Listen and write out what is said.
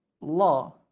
law